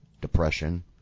depression